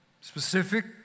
specific